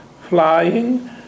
flying